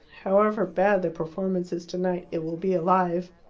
however bad the performance is tonight, it will be alive.